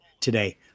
today